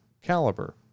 caliber